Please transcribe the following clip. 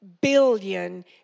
billion